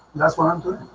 that's what i'm